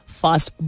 fast